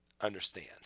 understand